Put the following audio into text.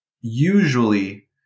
usually